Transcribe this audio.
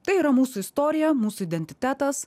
tai yra mūsų istorija mūsų identitetas